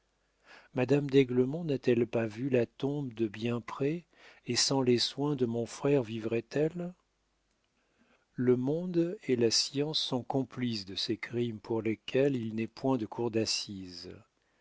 madame d'aiglemont n'a-t-elle pas vu la tombe de bien près et sans les soins de mon frère vivrait elle le monde et la science sont complices de ces crimes pour lesquels il n'est point de cours d'assises